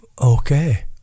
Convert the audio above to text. okay